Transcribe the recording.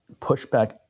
pushback